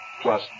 Plus